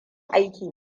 aiki